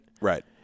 Right